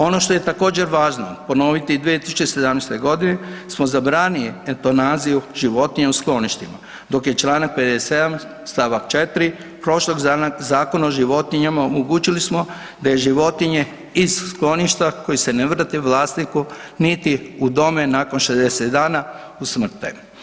Ono što je također važno ponoviti, u 2017.g. smo zabranili eutanaziju životinja u skloništima, dok je čl. 57. st. 4. prošlog Zakona o životinjama omogućili smo da je životinje iz skloništa koje se ne vrate vlasniku, niti udome nakon 60 dana, usmrte.